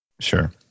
Sure